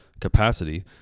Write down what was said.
capacity